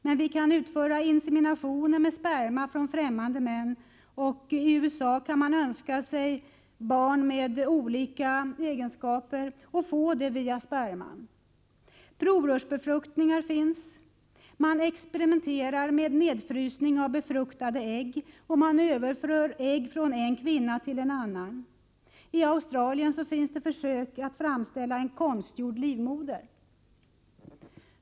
Men vi kan utföra inseminationer med sperma från främmande män, och i USA kan man önska sig barn med olika egenskaper och få det via sperman. Provrörsbefruktningar finns. Man experimenterar med nedfrysning av befruktade ägg, och man överför ägg från en kvinna till en annan. I Australien görs det försök att framställa en konstgjord livmoder.